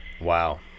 Wow